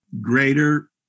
greater